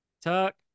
tuck